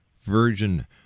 Virgin